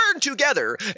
together